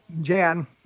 Jan